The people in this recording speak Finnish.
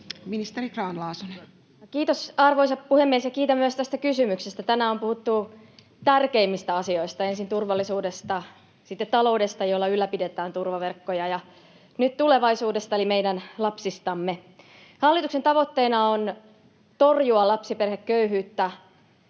Ministeri Grahn-Laasonen. Kiitos, arvoisa puhemies! Ja kiitän myös tästä kysymyksestä. Tänään on puhuttu tärkeimmistä asioista: ensin turvallisuudesta, sitten taloudesta, jolla ylläpidetään turvaverkkoja, ja nyt tulevaisuudesta eli meidän lapsistamme. Hallituksen tavoitteena on torjua lapsiperheköyhyyttä